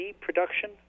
production